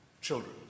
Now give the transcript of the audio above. children